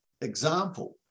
example